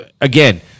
again